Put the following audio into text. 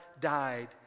died